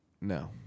No